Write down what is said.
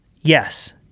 Yes